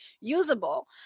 usable